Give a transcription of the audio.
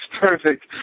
perfect